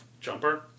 Jumper